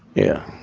yeah